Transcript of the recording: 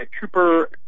Cooper